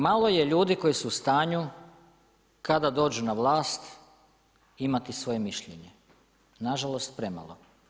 Malo je ljudi koji su u stanju kada dođu na vlast imati svoje mišljenje, nažalost premalo.